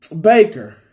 Baker